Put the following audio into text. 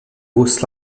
grosses